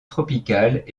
tropicales